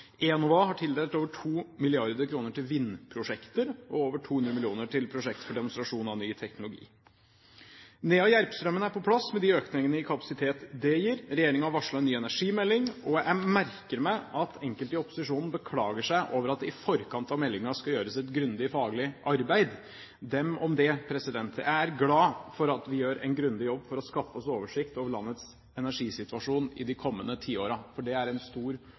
Enova har tildelt over 2 mrd. kr til vindprosjekter og over 200 mill. kr til prosjekter for demonstrasjon av ny teknologi. Nea–Järpströmmen er på plass, med de økningene i kapasitet det gir. Regjeringen har varslet en ny energimelding, og jeg merker meg at enkelte i opposisjonen beklager seg over at det i forkant av meldingen skal gjøres et grundig faglig arbeid. Dem om det – jeg er glad for at vi gjør en grundig jobb for å skaffe oss oversikt over landets energisituasjon i de kommende tiårene, for det er en stor og